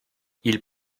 ils